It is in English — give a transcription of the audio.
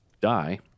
die